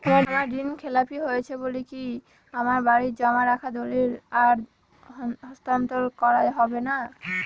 আমার ঋণ খেলাপি হয়েছে বলে কি আমার বাড়ির জমা রাখা দলিল আর হস্তান্তর করা হবে না?